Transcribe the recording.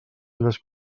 les